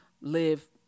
live